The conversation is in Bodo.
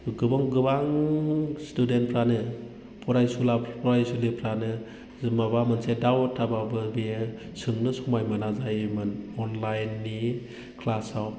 गोबां स्टुडेन्टफ्रानो फरायसुला फरायसुलिफ्रानो जों माबा मोनसे डाउट थाबाबो बेयो सोंनो समाय मोना जायोमोन अनलाइननि क्लासाव